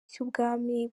cy’ubwami